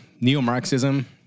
neo-Marxism